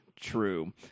True